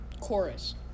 chorus